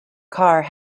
car